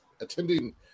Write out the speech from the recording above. attending